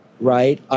right